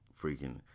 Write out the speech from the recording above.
freaking